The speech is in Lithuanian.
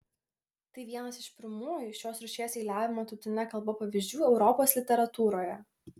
tai vienas iš pirmųjų šios rūšies eiliavimo tautine kalba pavyzdžių europos literatūroje